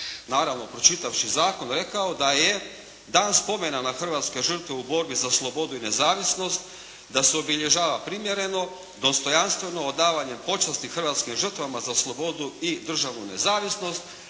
naravno pročitavši zakon, rekao da je dan spomena na hrvatske žrtve u borbi za slobodu i nezavisnost, da se obilježava primjereno, dostojanstveno, odavanjem počasti hrvatskim žrtvama za slobodu i državnu nezavisnost.